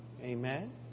Amen